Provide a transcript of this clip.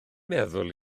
meddwl